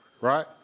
right